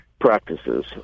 practices